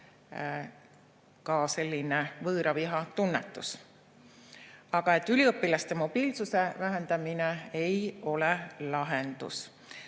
selline võõraviha tunnetus. Aga üliõpilaste mobiilsuse vähendamine ei ole lahendus.